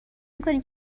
میکنی